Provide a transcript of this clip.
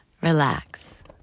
Relax